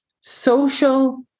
Social